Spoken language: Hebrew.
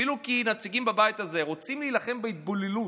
אפילו כנציגים בבית הזה, רוצים להילחם בהתבוללות,